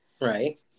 right